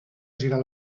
girar